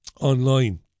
online